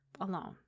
alone